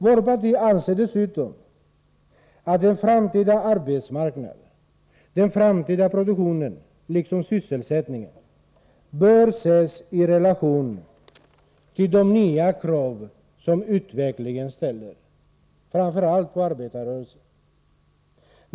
Vårt parti anser dessutom att den framtida arbetsmarknaden och den framtida produktionen liksom sysselsättningen bör ses i relation till de nya krav som utvecklingen ställer framför allt på arbetarrörelsen.